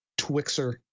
twixer